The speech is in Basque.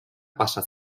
pasa